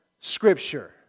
Scripture